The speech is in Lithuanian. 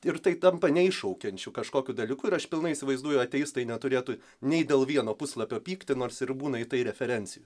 ir tai tampa neiššaukiančiu kažkokiu dalyku ir aš pilnai įsivaizduoju ateistai neturėtų nei dėl vieno puslapio pykti nors ir būna į tai referencijų